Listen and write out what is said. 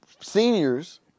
seniors